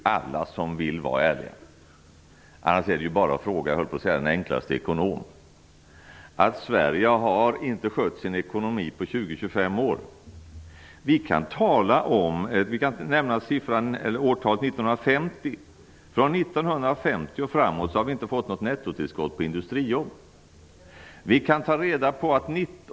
Alla som vill vara ärliga vet detta. Det är bara att fråga vilken ekonom som helst. Sverige har inte skött sin ekonomi under de senaste Vi kan nämna årtalet 1950. Från 1950 och framåt har vi inte fått något nettotillskott på industrijobb.